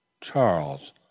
charles